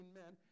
men